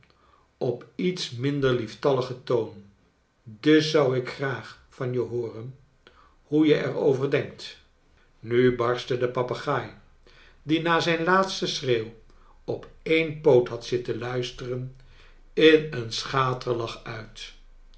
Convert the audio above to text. op iets minder lieftalligen toon dus zou ik graag van je hooren hoe je er over denkt nu barstte de papegaai die na zijn laatsten schreeuw op een poot had zitten luisteren in een schaterlach uit